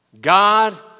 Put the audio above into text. God